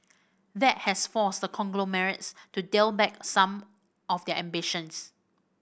that has forced the conglomerates to dial back some of their ambitions